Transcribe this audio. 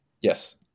yes